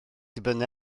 dibynnu